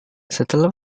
setelah